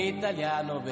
italiano